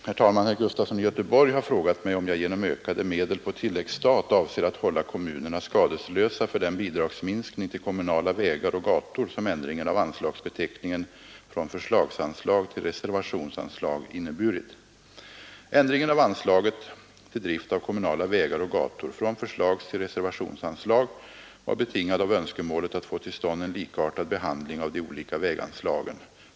Herr talman! Herr Gustafson i Göteborg har frågat mig om jag genom ökade medel på tilläggsstat avser att hålla kommunerna skadeslösa för den bidragsminskning till kommunala vägar och gator som ändringen av anslagsbeteckningen från förslagsanslag till reservationsanslag inneburit. Ändringen av anslaget till drift av kommunala vägar och gator från förslagstill reservationsanslag var betingad av önskemålet att få till stånd en likartad behandling av de olika väganslagen.